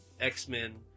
X-Men